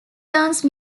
dance